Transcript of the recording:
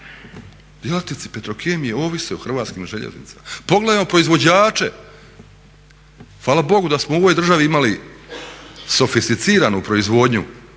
Djelatnici Petrokemije ovise o Hrvatskim željeznicama. Pogledajmo proizvođače. Hvala Bogu da smo u ovoj državi imali sofisticiranu proizvodnju